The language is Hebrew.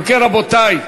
אם כן, רבותי,